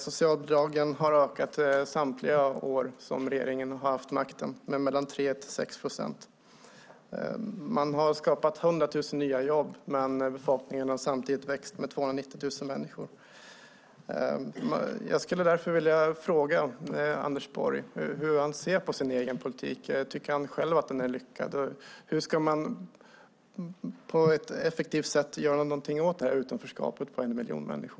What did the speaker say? Socialbidragen har ökat med mellan 3 och 6 procent samtliga år som regeringen har haft makten. Man har skapat 100 000 nya jobb, men befolkningen har samtidigt växt med 290 000 människor. Jag skulle därför vilja fråga Anders Borg hur han ser på sin egen politik. Tycker han själv att den är lyckad? Hur ska man på ett effektivt sätt göra något åt utanförskapet på en miljon människor?